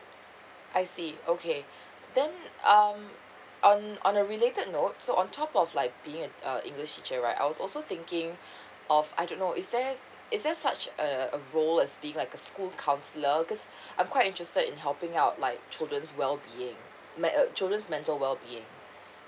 I see okay then um on on a related note so on top of like being an uh english teacher right I was also thinking of I don't know is there is there such a a role as being like a school counselor cause I'm quite interested in helping out like children's wellbeing men~ uh children's mental wellbeing